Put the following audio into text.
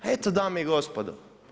Eto dame i gospodo.